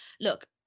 look